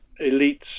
elites